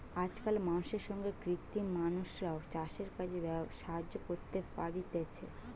আজকাল মানুষের সাথে কৃত্রিম মানুষরাও চাষের কাজে সাহায্য করতে পারতিছে